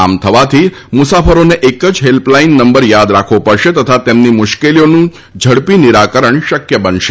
આમ થવાથી મુસાફરોને એક જ હેલ્પલાઈન નંબર યાદ રાખવો પડશે તથા તેમની મુશ્કેલીઓનું ઝડપી નિરાકરણ શક્ય બનશે